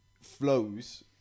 flows